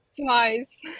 Twice